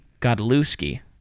Godlewski